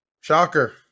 Shocker